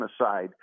aside